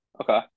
Okay